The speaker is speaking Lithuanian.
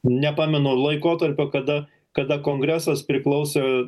nepamenu laikotarpio kada kada kongresas priklausė